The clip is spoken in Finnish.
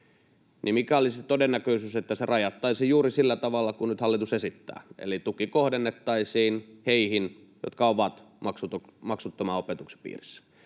niin mikä olisi todennäköisyys, että se rajattaisiin juuri sillä tavalla kuin nyt hallitus esittää, eli tuki kohdennettaisiin heihin, jotka ovat maksuttoman opetuksen piirissä.